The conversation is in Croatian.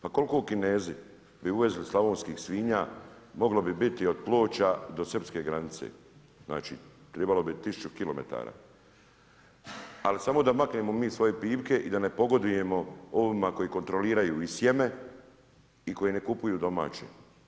Pa koliko Kinezi bi uvezli slavonskih svinja, moglo bi biti od Ploča do srpske granice, znači trebalo bi 1000 km, ali samo da maknemo mi svoje pipke i da ne pogodujemo ovnima koji kontroliraju i sjeme i koji ne kupuju domaće.